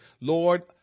Lord